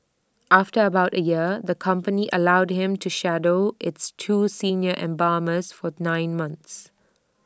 after about A year the company allowed him to shadow its two senior embalmers for the nine months